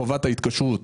חובת ההתקשרות,